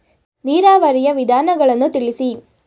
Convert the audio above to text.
ನೀರಾವರಿಯ ವಿಧಾನಗಳನ್ನು ತಿಳಿಸಿ?